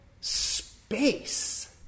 space